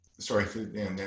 Sorry